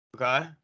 Okay